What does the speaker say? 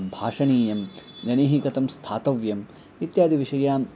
भाषणीयं जनैः कथं स्थातव्यम् इत्यादि विषयान्